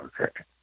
Okay